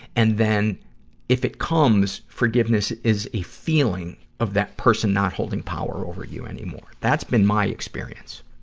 and then if it comes, forgiveness is a feeling of that person not holding power over you anymore. that's been my experience.